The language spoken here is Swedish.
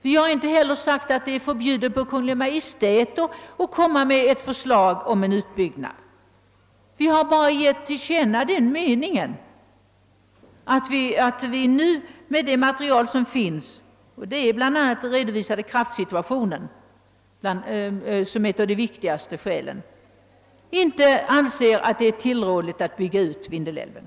Vi har inte heller uttalat att det är förbjudet för Kungl. Maj:t att föreslå en utbygg nad. Vi har bara tillkännagivit vår mening, att vi på grundval av det material, som nu finns — bland de tyngst vägande argumenten är redovisningen av kraftsituationen — inte anser att det är tillrådligt att bygga ut Vindelälven.